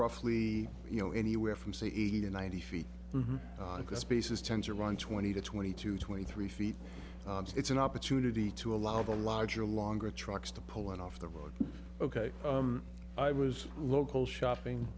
roughly you know anywhere from say eighty to ninety feet because spaces tend to run twenty to twenty two twenty three feet it's an opportunity to allow the larger longer trucks to pull in off the road ok i was local shopping